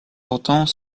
portant